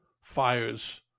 fires